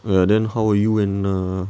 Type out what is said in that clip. and then how are you and err